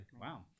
Wow